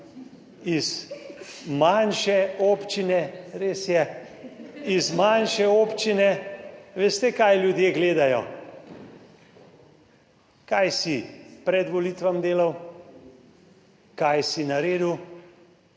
iz manjše občine, res je, iz manjše občine, veste kaj ljudje gledajo, kaj si pred volitvami delal, kaj si naredil,